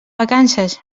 vacances